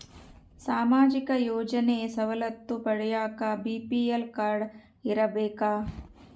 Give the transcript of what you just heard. ಸಾಮಾಜಿಕ ಯೋಜನೆ ಸವಲತ್ತು ಪಡಿಯಾಕ ಬಿ.ಪಿ.ಎಲ್ ಕಾಡ್೯ ಇರಬೇಕಾ?